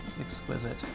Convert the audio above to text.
exquisite